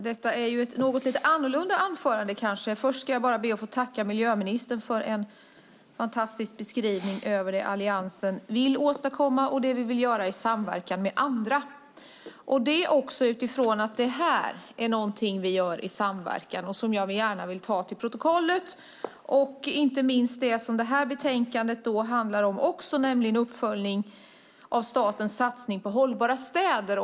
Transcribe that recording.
Herr talman! Detta blir kanske ett lite annorlunda anförande. Först ska jag bara be att få tacka miljöministern för en fantastisk beskrivning av det Alliansen vill åstadkomma och det vi vill göra i samverkan med andra. Det är också utifrån att detta är något vi gör i samverkan. Det vill jag gärna ha fört till protokollet. Det gäller inte minst det som detta betänkande också handlar om, nämligen uppföljning av statens satsning på hållbara städer.